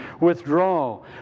withdraw